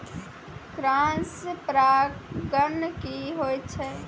Cross परागण की होय छै?